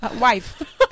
wife